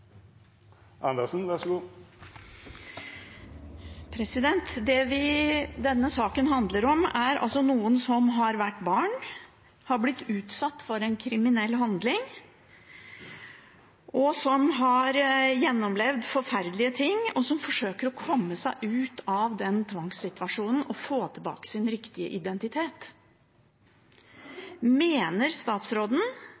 noen som har vært barn, som har blitt utsatt for en kriminell handling, som har gjennomlevd forferdelige ting, og som forsøker å komme seg ut av den tvangssituasjonen og få tilbake sin riktige